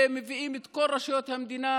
ומביאים את כל רשויות המדינה